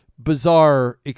bizarre